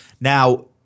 Now